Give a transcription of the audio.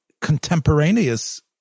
contemporaneous